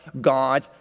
God